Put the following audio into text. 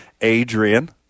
adrian